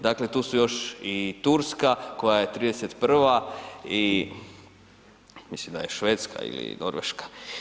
Dakle tu su još i Turska koja je 31. i mislim da je Švedska ili Norveška.